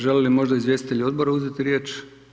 Žele li možda izvjestitelji odbora uzeti riječ?